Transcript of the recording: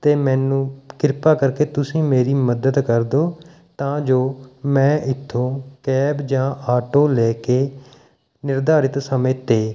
ਅਤੇ ਮੈਨੂੰ ਕਿਰਪਾ ਕਰਕੇ ਤੁਸੀਂ ਮੇਰੀ ਮਦਦ ਕਰਦੋ ਤਾਂ ਜੋ ਮੈਂ ਇੱਥੋਂ ਕੈਬ ਜਾਂ ਆਟੋ ਲੈ ਕੇ ਨਿਰਧਾਰਤ ਸਮੇਂ 'ਤੇ